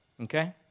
Okay